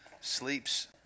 sleeps